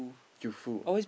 youthful